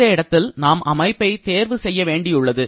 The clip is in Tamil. இந்த இடத்தில் நாம் அமைப்பை தேர்வு செய்ய வேண்டியுள்ளது